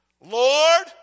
Lord